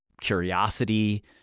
curiosity